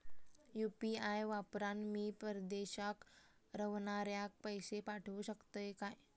UPI वापरान मी परदेशाक रव्हनाऱ्याक पैशे पाठवु शकतय काय?